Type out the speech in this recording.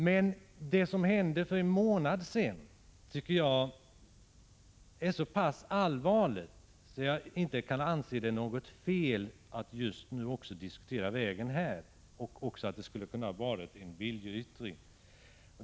Men det som hände för en månad sedan tycker jag är så pass allvarligt att det inte kan anses vara fel att just nu även diskutera vägen här. Jag tycker också att det skulle ha kunnat bli en viljeyttring.